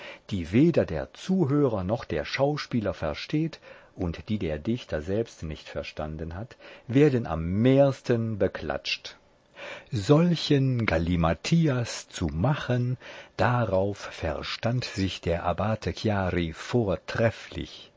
die weder der zuhörer noch der schauspieler versteht und die der dichter selbst nicht verstanden hat werden am mehrsten beklatscht solchen gallimathias zu machen darauf verstand sich der abbate chiari vortrefflich